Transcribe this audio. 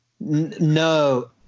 no